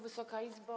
Wysoka Izbo!